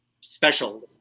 special